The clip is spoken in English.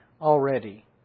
already